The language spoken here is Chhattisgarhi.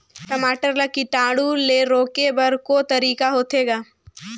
टमाटर ला कीटाणु ले रोके बर को तरीका होथे ग?